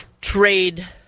trade